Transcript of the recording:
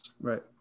right